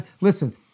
listen